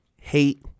hate